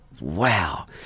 wow